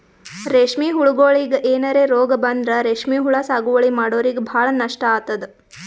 ರೇಶ್ಮಿ ಹುಳಗೋಳಿಗ್ ಏನರೆ ರೋಗ್ ಬಂದ್ರ ರೇಶ್ಮಿ ಹುಳ ಸಾಗುವಳಿ ಮಾಡೋರಿಗ ಭಾಳ್ ನಷ್ಟ್ ಆತದ್